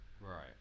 Right